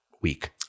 week